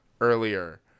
earlier